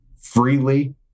freely